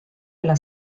alla